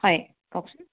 হয় কওকচোন